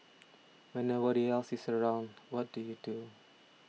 when nobody else is around what do you do